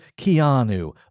Keanu